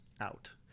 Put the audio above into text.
out